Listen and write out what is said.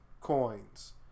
coins